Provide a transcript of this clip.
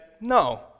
no